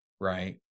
right